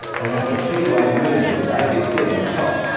announced a three-way merger with abc on top.